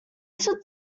should